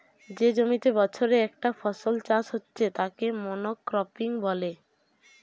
যে জমিতে বছরে একটা ফসল চাষ হচ্ছে তাকে মনোক্রপিং বলে